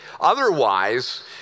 Otherwise